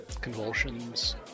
Convulsions